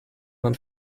man